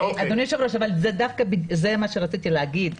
אדוני היושב-ראש, זה מה שרציתי להגיד.